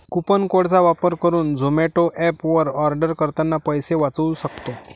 coupon code चा वापर करुन झोमाटो एप वर आर्डर करतांना पैसे वाचउ सक्तो